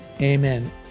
Amen